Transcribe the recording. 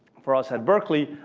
for us at berkeley.